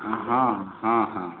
हँ हँ हँ